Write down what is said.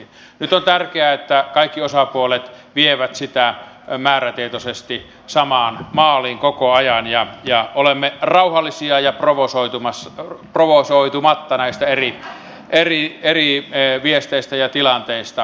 nyt on tärkeää että kaikki osapuolet vievät sitä määrätietoisesti samaan maaliin koko ajan ja olemme rauhallisia ja provosoitumatta näistä eri viesteistä ja tilanteista